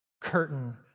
curtain